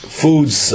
foods